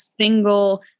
single